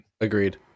Agreed